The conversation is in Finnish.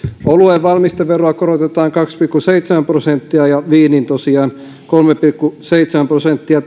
oluen valmisteveroa korotetaan kaksi pilkku seitsemän prosenttia ja viinin tosiaan kolme pilkku seitsemän prosenttia